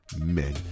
men